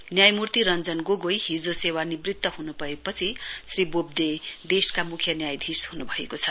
न्यायमूर्ति रञ्जन गोगोई हिजो सेवानिवृत ह्नुभएपछि श्री बोबड़े देशका मुख्य न्यायाधीश ह्नुभएको छ